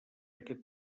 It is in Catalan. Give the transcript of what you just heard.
aquest